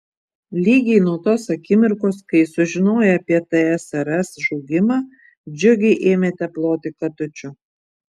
lygiai nuo tos akimirkos kai sužinoję apie tsrs žlugimą džiugiai ėmėte ploti katučių